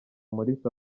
maurice